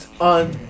on